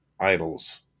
idols